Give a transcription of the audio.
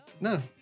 No